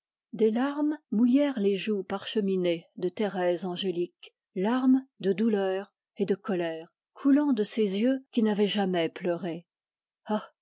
des larmes mouillèrent les joues parcheminées de thérèse angélique larmes de douleur et de colère coulant de ces yeux qui n'avaient jamais pleuré ah